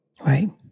right